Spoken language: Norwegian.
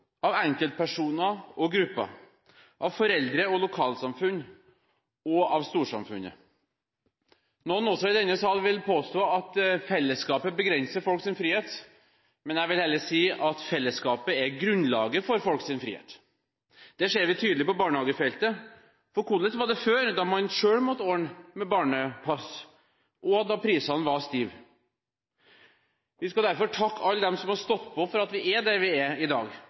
storsamfunnet. Noen, også i denne sal, vil påstå at fellesskapet begrenser folks frihet. Jeg vil heller si at fellesskapet er grunnlaget for folks frihet. Det ser vi tydelig på barnehagefeltet. Hvordan var det før, da man selv måtte ordne med barnepass, og det var stive priser? Vi skal derfor takke alle som har stått på for at vi er der vi er i dag.